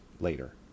later